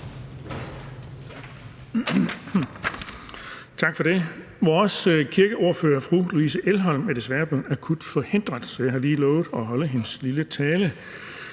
Tak for det. Vores kirkeordfører, fru Louise Schack Elholm, er desværre blevet akut forhindret, så jeg har lige lovet at holde hendes lille tale.